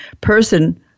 person